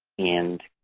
and